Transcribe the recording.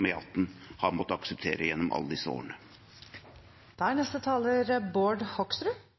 på E18 har måttet akseptere det gjennom alle disse årene. At Fremskrittspartiet ikke er